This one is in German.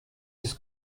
ist